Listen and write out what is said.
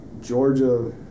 Georgia